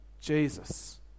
Jesus